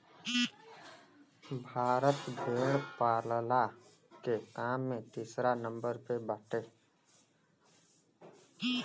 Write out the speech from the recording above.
भारत भेड़ पालला के काम में तीसरा नंबर पे बाटे